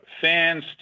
fans